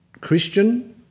Christian